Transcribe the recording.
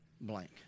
blank